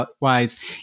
wise